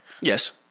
Yes